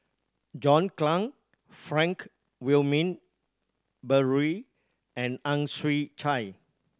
John Clang Frank Wilmin Brewer and Ang Chwee Chai